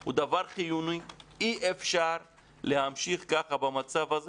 הוא דבר חיוני, אי אפשר להמשיך ככה במצב הזה